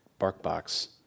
BarkBox